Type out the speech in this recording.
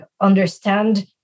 Understand